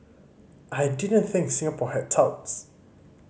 I didn't think Singapore had touts